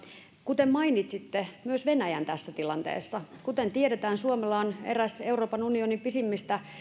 mainitsitte myös venäjän tässä tilanteessa kuten tiedetään suomella on eräs euroopan unionin pisimmistä